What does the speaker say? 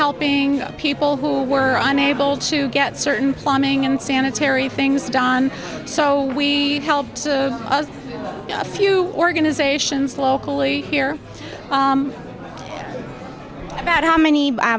helping people who were unable to get certain plumbing and sanitary things done so we held a few organizations locally here about how many